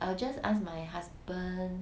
I just ask my husband